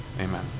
Amen